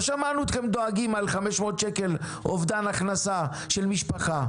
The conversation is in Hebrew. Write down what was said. לא שמענו אתכם דואגים על 500 שקל אובדן הכנסה של משפחה.